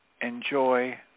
enjoy